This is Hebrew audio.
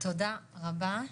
תודה רבה.